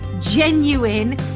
genuine